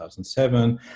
2007